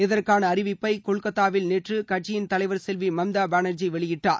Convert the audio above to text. இதற்கான அறிவிப்பை கொல்கத்தாவில் நேற்று கட்சியின்ள தலைவர் செல்வி மம்தா பானர்ஜி வெளியிட்டார்